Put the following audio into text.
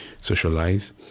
socialize